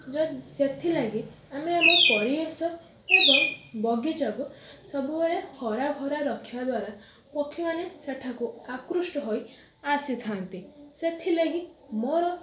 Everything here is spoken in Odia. ଯଦି ସେଥିଲାଗି ଆମେ ଆମ ପରିବେଶ ଏବଂ ବଗିଚାକୁ ସବୁବେଳେ ହରାଭରା ରଖିବା ଦ୍ୱାରା ପକ୍ଷୀମାନେ ସେଠାକୁ ଆକୃଷ୍ଟ ହୋଇ ଆସିଥାନ୍ତି ସେଥିଲାଗି ମୋର